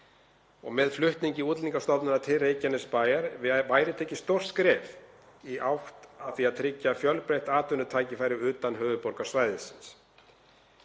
Með flutningi Útlendingastofnunar til Reykjanesbæjar væri tekið stórt skref í átt að því að tryggja fjölbreytt atvinnutækifæri utan höfuðborgarsvæðisins.